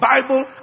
Bible